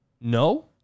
No